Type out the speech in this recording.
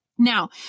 Now